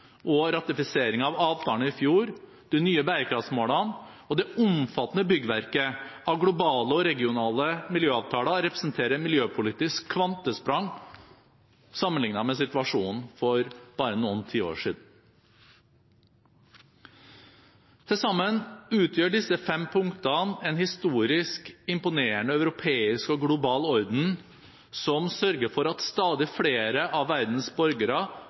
og ratifiseringen av avtalen i fjor, de nye bærekraftsmålene og det omfattende byggverket av globale og regionale miljøavtaler representerer miljøpolitiske kvantesprang sammenlignet med situasjonen for bare noen tiår siden. Til sammen utgjør disse fem punktene en historisk imponerende europeisk og global orden som sørger for at stadig flere av